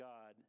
God